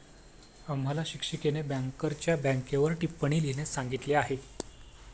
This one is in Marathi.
आम्हाला शिक्षिकेने बँकरच्या बँकेवर टिप्पणी लिहिण्यास सांगितली आहे